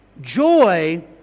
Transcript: joy